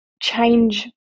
change